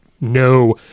No